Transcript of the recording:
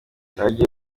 hagiye